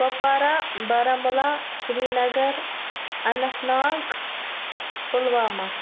Kupwara Baramulla Srinagar Anantnag Pulwama